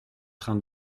train